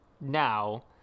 Now